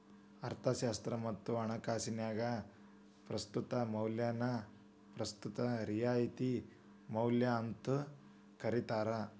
ಅರ್ಥಶಾಸ್ತ್ರ ಮತ್ತ ಹಣಕಾಸಿನ್ಯಾಗ ಪ್ರಸ್ತುತ ಮೌಲ್ಯನ ಪ್ರಸ್ತುತ ರಿಯಾಯಿತಿ ಮೌಲ್ಯ ಅಂತೂ ಕರಿತಾರ